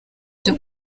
byo